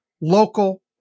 local